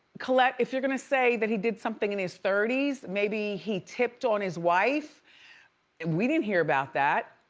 colette if you're gonna say that he did something in his thirties, maybe he tipped on his wife and we didn't hear about that.